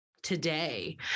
Today